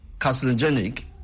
carcinogenic